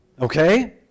Okay